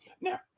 Now